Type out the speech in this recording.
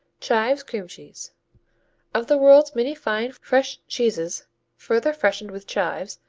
chives cream cheese of the world's many fine fresh cheeses further freshened with chives,